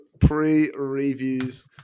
pre-reviews